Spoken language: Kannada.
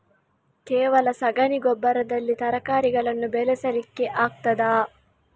ಕೇವಲ ಸಗಣಿ ಗೊಬ್ಬರದಲ್ಲಿ ತರಕಾರಿಗಳನ್ನು ಬೆಳೆಸಲಿಕ್ಕೆ ಆಗ್ತದಾ?